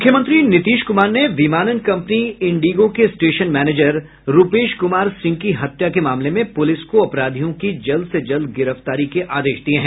मुख्यमंत्री नीतीश क्मार ने विमानन कंपनी इंडिगो के स्टेशन मैनेजर रूपेश क्मार सिंह की हत्या के मामले में पुलिस को अपराधियों की जल्द से जल्द गिरफ्तारी के आदेश दिये हैं